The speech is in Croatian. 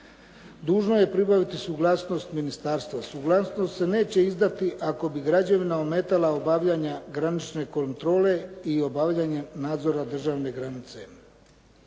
dužno je pribaviti suglasnost ministarstva. Suglasnost se neće izdati ako bi građevina ometala obavljanja granične kontrole i obavljanje nadzora državne granice.